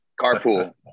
carpool